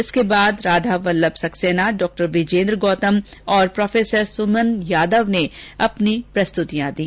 इसके बाद राधावल्लभ सक्सैना डॉ विजेन्द्र गौतम और प्रो सुमन यादव ने अपनी प्रस्तुतियां दी